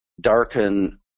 darken